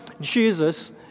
Jesus